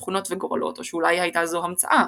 תכונות וגורלות או שאולי הייתה זו המצאה?